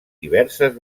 diverses